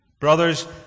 brothers